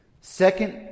Second